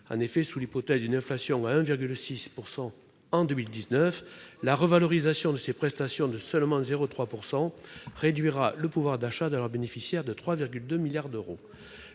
logement. Sous l'hypothèse d'une inflation à 1,6 % en 2019, la revalorisation de ces prestations de seulement 0,3 % réduira le pouvoir d'achat de leurs bénéficiaires de 3,2 milliards d'euros.